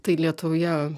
tai lietuvoje